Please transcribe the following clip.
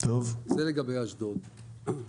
זה לגבי אשדוד.